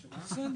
בסדר,